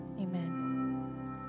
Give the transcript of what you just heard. amen